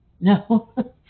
No